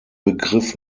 begriff